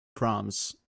proms